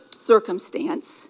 circumstance